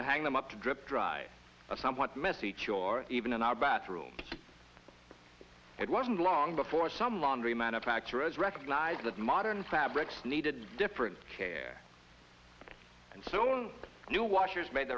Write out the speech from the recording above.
to hang them up to drip dry a somewhat messy chore even in our bathrooms it wasn't long before some laundry manufacturers recognized that modern fabrics needed different care and soon new washers made